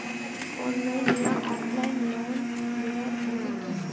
Online या offline loan लुबार विधि की छे?